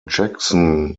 jackson